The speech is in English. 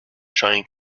trying